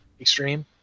extreme